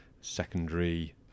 secondary